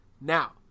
Now